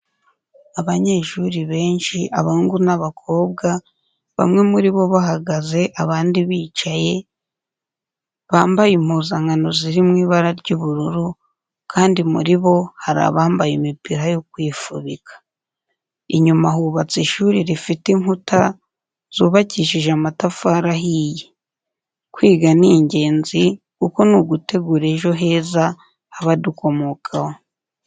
Abanyeshuri benshi, abahungu n'abakobwa bamwe muri bo bahagaze abandi bicaye, bambaye impuzankano ziri mu ibara ry'ubururu, kandi muri bo hari abambaye imipira yo kwifubika. Inyuma hubatse ishuri rifite inkuta zubakishije amatafari ahiye. Kwiga ni ingenzi kuko ni ugutegura ejo heza h'abadukomokaho.